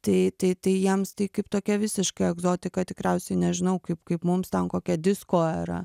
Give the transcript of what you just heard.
tai tai tai jiems tai kaip tokia visiška egzotika tikriausiai nežinau kaip kaip mums ten kokia disko era